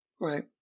Right